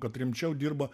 kad rimčiau dirba